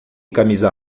camisa